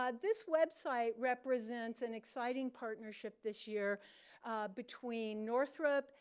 ah this website represents an exciting partnership this year between northrop,